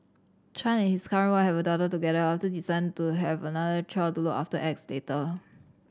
Chan and his current wife have a daughter together after deciding to have another child to look after X later